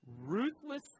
Ruthless